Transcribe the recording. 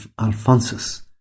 Alphonsus